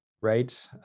right